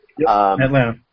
Atlanta